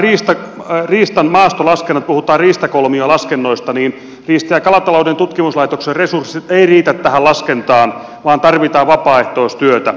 myöskin näihin riistan maastolaskentoihin puhutaan riistakolmiolaskennoista riista ja kalatalouden tutkimuslaitoksen resurssit eivät riitä tähän laskentaan vaan tarvitaan vapaaehtoistyötä